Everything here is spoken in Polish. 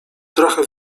trochę